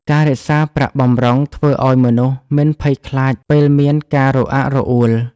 ការរក្សាប្រាក់បម្រុងធ្វើឱ្យមនុស្សមិនភ័យខ្លាចពេលមានការរអាក់រអួល។